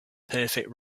perfect